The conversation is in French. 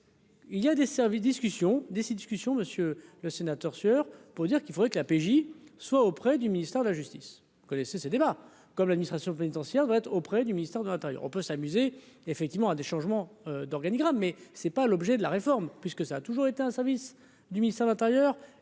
des six discussions Monsieur le sénateur sueur pour dire qu'il faudrait que la PJ, soit auprès du ministère de la justice connaissez ces débats comme l'administration pénitentiaire doit être auprès du ministère de l'Intérieur, on peut s'amuser effectivement à des changements d'organigramme mais c'est pas l'objet de la réforme puisque ça a toujours été un service du ministère de l'Intérieur